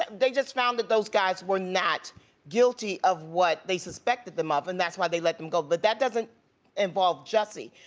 they just found those guys were not guilty of what they suspected them of and that's why they let them go but that doesn't involve jussie.